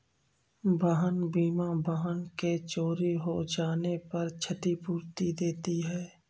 वाहन बीमा वाहन के चोरी हो जाने पर क्षतिपूर्ति देती है